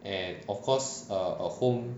and of course err a home